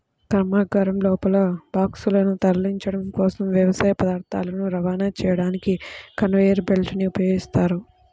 కర్మాగారం లోపల బాక్సులను తరలించడం కోసం, వ్యవసాయ పదార్థాలను రవాణా చేయడానికి కన్వేయర్ బెల్ట్ ని ఉపయోగిస్తారు